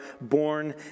born